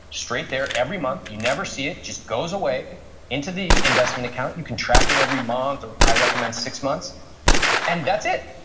straight there, every month. you never see it. it just goes away into the investment account. you can track it every month, or i recommend six months and that's it.